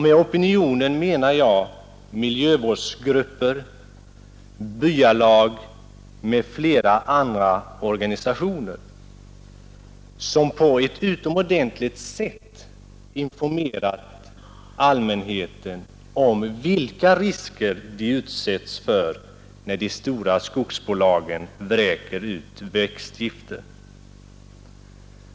Med opinionen menar jag miljövårdsgrupper, byalag m.fl. andra organisationer som på ett utomordentligt sätt informerat allmänheten om vilka risker man utsätts för när de stora skogsbolagen vräker ut växtgifter.